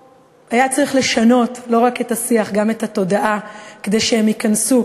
והיה צריך לשנות לא רק את השיח אלא גם את התודעה כדי שהם ייכנסו,